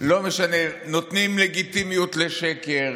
לא משנה, נותנים לגיטימיות לשקר,